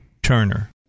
turner